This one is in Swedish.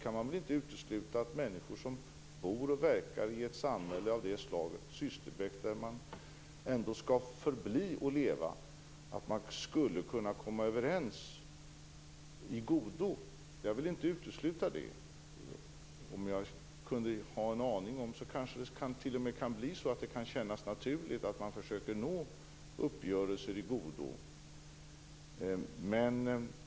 Jag vill inte utesluta att människor som bor och verkar i ett samhälle som Sysslebäck, där de skall förbli och leva, kan komma överens i godo. Det kanske t.o.m. kan bli så att det känns naturligt att försöka nå uppgörelser i godo.